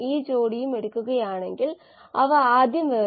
ഇതൊരു ആമുഖ കോഴ്സായതിനാൽ അവയിൽ ചിലത് മാത്രം കാണും